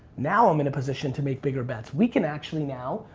now i'm in a position to make bigger bets. we can actually now,